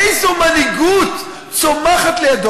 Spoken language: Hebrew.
איזו מנהיגות צומחת לידו?